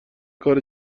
کاری